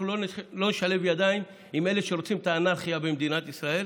אנחנו לא נשלב ידיים עם אלה שרוצים את האנרכיה במדינת ישראל